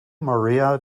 maria